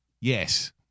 Yes